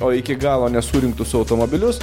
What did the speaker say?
o iki galo nesurinktus automobilius